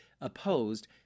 opposed